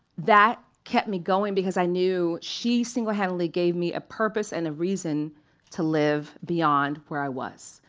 that kept me going because i knew she single-handedly gave me a purpose and a reason to live beyond where i was.